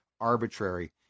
arbitrary